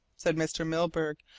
said mr. milburgh,